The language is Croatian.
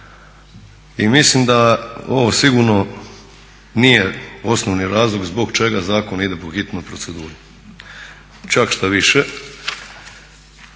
I mislim da ovo sigurno nije osnovni razlog zbog čega zakon ide po hitnoj proceduri. Čak štoviše,